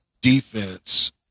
defense